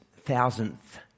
thousandth